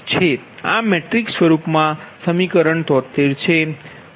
આ મેટ્રિક્સ સ્વરૂપમાં સમીકરણ 73 છે